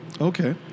Okay